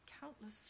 countless